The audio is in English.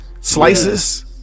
slices